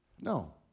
No